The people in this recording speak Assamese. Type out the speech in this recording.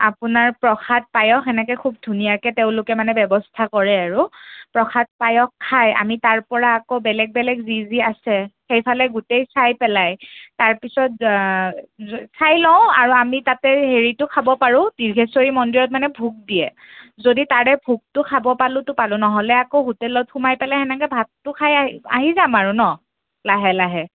আপোনাৰ প্ৰসাদ পায়স সেনেকৈ খুব ধুনীয়াকৈ তেওঁলোকে মানে ব্যৱস্থা কৰে আৰু প্ৰসাদ পায়স খাই আমি তাৰপৰা আকৌ বেলেগ বেলেগ যি যি আছে সেইফালে গোটেই চাই পেলাই তাৰপিছত চাই লওঁ আৰু আমি তাতে হেৰিটো খাব পাৰোঁ দীৰ্ঘেশ্বৰী মন্দিৰত মানে ভোগ দিয়ে যদি তাৰে ভোগটো খাব পালোঁতো পালোঁ নহ'লে আকৌ হোটেলত সোমাই পেলাই সেনেকৈ ভাতটো খাই আহি যাম আৰু ন লাহে লাহে